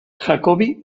jacobi